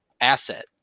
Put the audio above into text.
asset